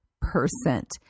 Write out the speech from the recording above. percent